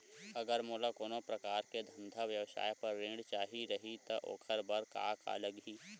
अगर मोला कोनो प्रकार के धंधा व्यवसाय पर ऋण चाही रहि त ओखर बर का का लगही?